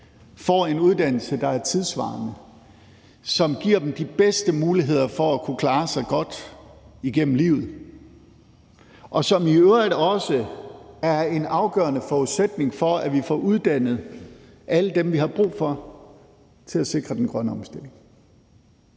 får en uddannelse, der er tidssvarende, og som giver dem de bedste muligheder for at kunne klare sig godt igennem livet, og som i øvrigt også er en afgørende forudsætning for, at vi får uddannet alle dem, vi har brug for til at sikre den grønne omstilling.